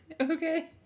Okay